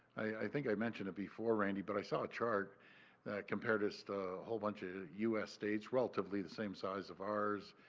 i think i mentioned before, randy, but i saw a chart that compares to a so whole bunch of us states, relatively the same size of ours,